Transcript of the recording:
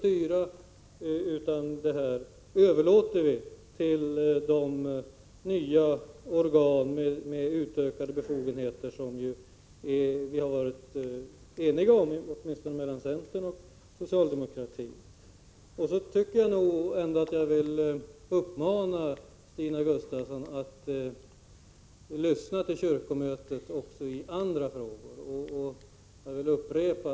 Olika uppgifter överlåts på de nya organen med ökade befogenheter, något som vi har varit ense om, åtminstone centern och socialdemokratin. Jag vill uppmana Stina Gustavsson att lyssna till kyrkomötet också i andra frågor.